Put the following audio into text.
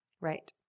Right